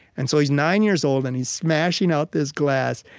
and so he's nine years old, and he's smashing out this glass.